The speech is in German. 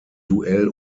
duell